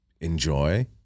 enjoy